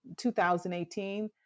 2018